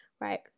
right